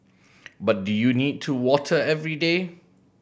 but do you need to water every day